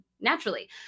naturally